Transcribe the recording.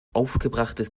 aufgebrachtes